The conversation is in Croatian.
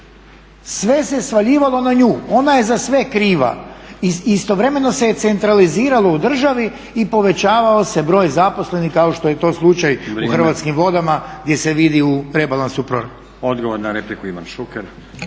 Sve se svaljivalo na nju. Ona je za sve kriva. I istovremeno se centraliziralo u državi i povećavao se broj zaposlenih kao što je to slučaj u Hrvatskim vodama gdje se vidi u rebalansu proračuna. **Stazić, Nenad